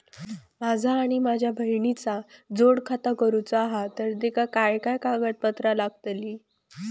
माझा आणि माझ्या बहिणीचा जोड खाता करूचा हा तर तेका काय काय कागदपत्र लागतली?